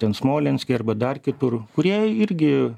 ten smolenske arba dar kitur kurie irgi